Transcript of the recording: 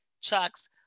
Chucks